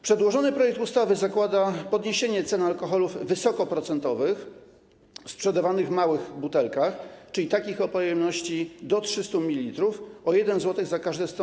Przedłożony projekt ustawy zakłada podniesienie cen alkoholów wysokoprocentowych sprzedawanych w małych butelkach, czyli takich o pojemności do 300 ml, o 1 zł za każde 100